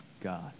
God